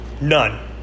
None